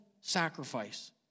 sacrifice